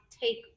take